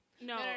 No